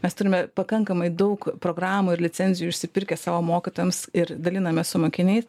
mes turime pakankamai daug programų ir licenzijų išsipirkę savo mokytojams ir dalinamės su mokiniais